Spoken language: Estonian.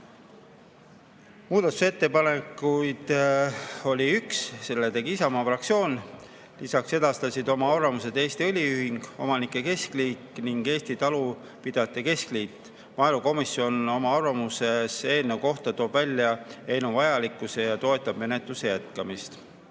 Muudatusettepanekuid oli üks, selle tegi Isamaa fraktsioon. Lisaks edastasid oma arvamuse Eesti Õliühing, Eesti Omanike Keskliit ning Eesti Talupidajate Keskliit. Maaelukomisjon toob oma arvamuses eelnõu kohta välja eelnõu vajalikkuse ja toetab menetluse jätkamist.